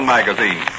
Magazine